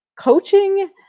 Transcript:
Coaching